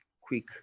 quick